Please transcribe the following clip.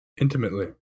Intimately